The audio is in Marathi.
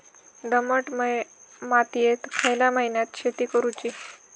दमट मातयेत खयल्या महिन्यात शेती करुची?